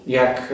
jak